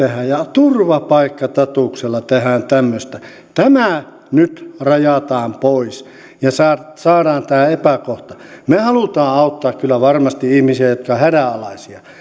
turvapaikka statuksella tehdään tämmöistä tämä nyt rajataan pois ja saadaan tämä epäkohta pois me haluamme auttaa kyllä varmasti ihmisiä jotka ovat hädänalaisia